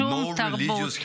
שום תרבות,